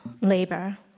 labor